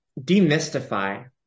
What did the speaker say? demystify